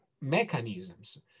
mechanisms